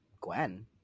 Gwen